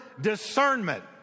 Discernment